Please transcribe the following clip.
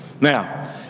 now